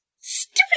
Stupid